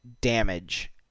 damage